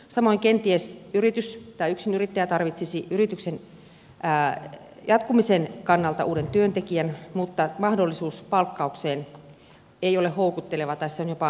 samoin kenties yritys tai yksinyrittäjä tarvitsisi yrityksen jatkumisen kannalta uuden työntekijän mutta mahdollisuus palkkaukseen ei ole houkutteleva tai se on jopa mahdoton